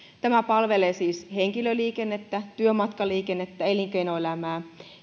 tämä palvelee siis henkilöliikennettä työmatkaliikennettä elinkeinoelämää